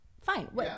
fine